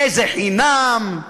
איזה חינם?